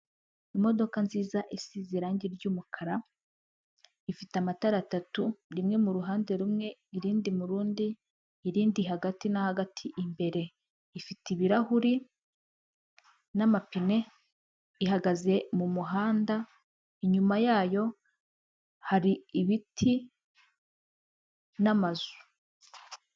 Imodoka nziza isize irangi ry'umukara, ifite amatara atatu, rimwe mu ruhande rumwe, irindi mu rundi, irindi hagati na hagati, imbere ifite ibirahuri n'amapine, ihagaze mu muhanda, inyuma yayo hari ibiti n'amazu.